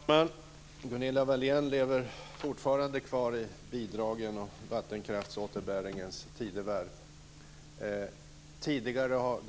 Fru talman! Gunilla Wahlén lever fortfarande i bidragens och vattenkraftsåterbäringens tidevarv. Tidigare har